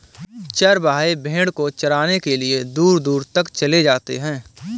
चरवाहे भेड़ को चराने के लिए दूर दूर तक चले जाते हैं